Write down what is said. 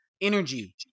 energy